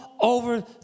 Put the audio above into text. over